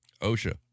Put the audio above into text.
OSHA